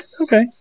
okay